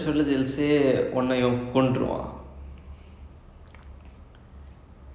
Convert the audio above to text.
and no they say that they were read the script then only they will know that oh my god they